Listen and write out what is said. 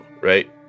right